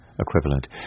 equivalent